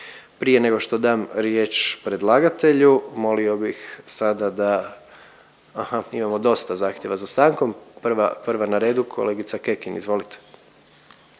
Prije nego što dam riječ predlagatelju molio bih sada da, aha, imamo dosta zahtjeva za stankom, prva, prva na redu kolegica Kekin, izvolite.